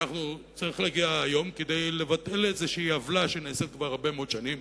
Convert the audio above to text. שצריך להגיע היום לבטל איזו עוולה שנעשית כבר הרבה מאוד שנים